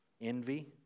envy